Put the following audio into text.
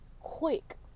quick